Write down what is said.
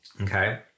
Okay